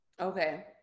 Okay